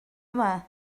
yma